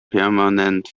permanent